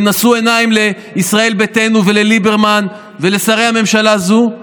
הם נשאו עיניים לישראל ביתנו ולליברמן ולשרי הממשלה הזו,